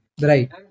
Right